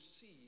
see